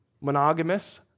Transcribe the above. Monogamous